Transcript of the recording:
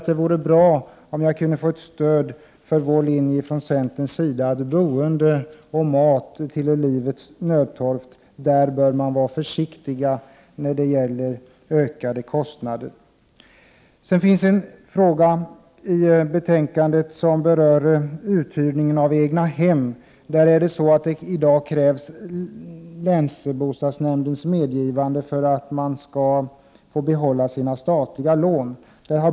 Det vore bra om jag kunde få stöd för centerns linje — att boende och mat tillhör livets nödtorft och att man då bör vara försiktig när det gäller ökade kostnader. I betänkandet behandlas en fråga som rör uthyrningen av egnahem. I dag krävs länsbostadsnämndens medgivande för att man skall få behålla sina statliga lån.